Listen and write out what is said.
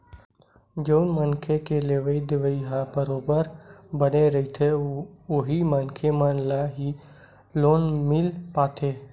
जउन मनखे के लेवइ देवइ ह बरोबर बने रहिथे उही मनखे मन ल ही लोन मिल पाथे